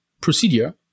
procedure